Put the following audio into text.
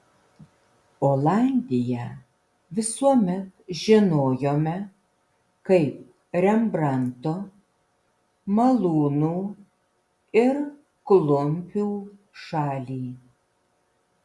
olandiją visuomet žinojome kaip rembrandto malūnų ir klumpių šalį